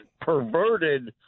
perverted